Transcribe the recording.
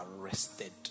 arrested